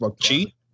cheat